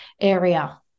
area